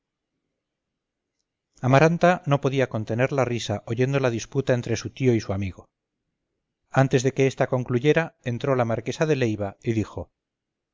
amaranta no podía contener la risa oyendo la disputa entre su tío y su amigo antes de que esta concluyera entró la marquesa de leiva y dijo